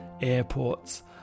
airports